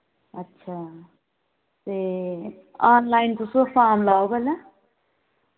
अच्छा ते आनलाइन तुस फार्म लाओ पैह्लै